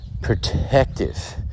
protective